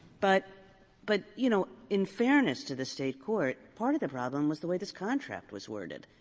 but but, you know, in fairness to the state court, part of the problem was the way this contract was worded.